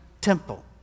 temple